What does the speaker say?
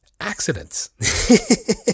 Accidents